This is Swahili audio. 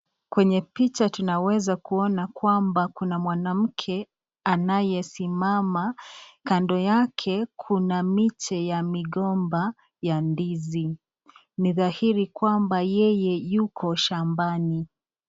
Kwenye picha tunaweza kuona kuna mke anayesimama kando yake kuna miche ya migomba ya ndizi. Ni dhahiri kwamba yeye yuko shambani.